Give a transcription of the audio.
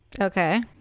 Okay